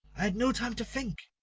had no time to think.